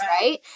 right